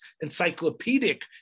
encyclopedic